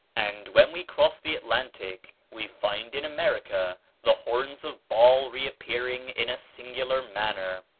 and when we cross the atlantic, we find in america the horns of baal reappearing in a singular manner.